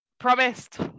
promised